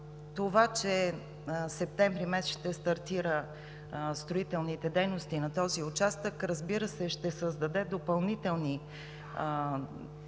Това, че септември месец ще стартират строителните дейности на този участък, разбира се, ще създаде допълнителни известни